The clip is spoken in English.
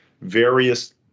various